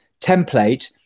template